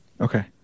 Okay